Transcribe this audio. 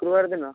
ଶୁକ୍ରବାର ଦିନ